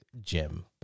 Jim